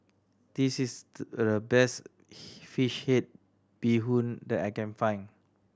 this is the best fish head bee hoon that I can find